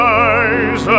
eyes